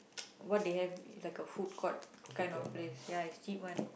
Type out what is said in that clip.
what they have like a food court kind of place ya is cheap one